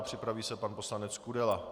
Připraví se pan poslanec Kudela.